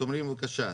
אומרים בבקשה,